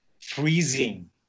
freezing